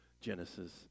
Genesis